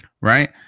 right